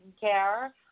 care